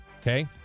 Okay